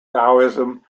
taoism